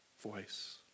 voice